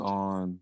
on